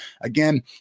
again